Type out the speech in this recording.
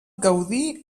gaudir